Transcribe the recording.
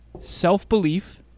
Self-belief